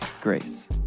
grace